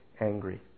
angry